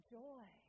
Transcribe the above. joy